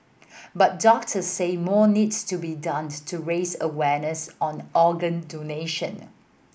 but doctors say more needs to be done to raise awareness on organ donation